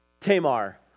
Tamar